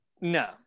no